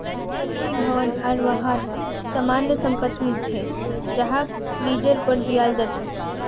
संपत्ति, भवन आर वाहन सामान्य संपत्ति छे जहाक लीजेर पर दियाल जा छे